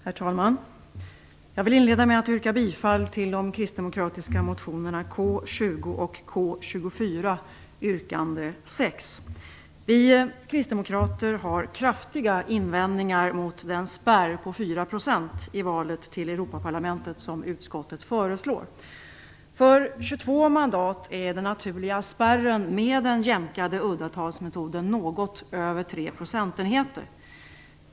Herr talman! Jag vill inleda med att yrka bifall till de kristdemokratiska motionerna K20 och K24 yrkande 6. Vi kristdemokrater har kraftiga invändningar mot den spärr på fyra procent i valet till Europaparlamentet som utskottet föreslår. För 22 mandat är den naturliga spärren med den jämkade uddatalsmetoden något över tre procentenheter.